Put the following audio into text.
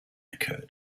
occur